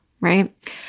Right